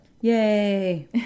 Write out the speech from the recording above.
Yay